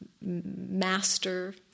master